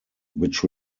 which